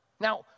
Now